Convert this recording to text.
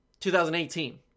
2018